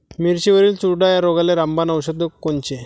मिरचीवरील चुरडा या रोगाले रामबाण औषध कोनचे?